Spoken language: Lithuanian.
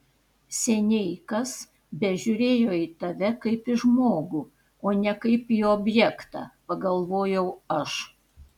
seniai kas bežiūrėjo į tave kaip į žmogų o ne kaip į objektą pagalvojau aš